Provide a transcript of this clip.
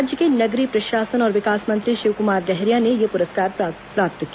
राज्य के नगरीय प्रशासन और विकास मंत्री शिव कुमार डहरिया ने यह पुरस्कार ग्रहण किया